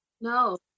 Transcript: No